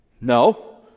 No